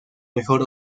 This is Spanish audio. mejor